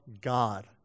God